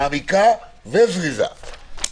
מעמיקה וזריזה.